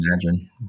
imagine